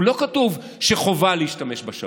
לא כתוב שחובה להשתמש בשב"כ,